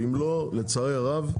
אם לא, לצערי הרב,